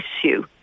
issue